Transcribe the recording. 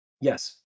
yes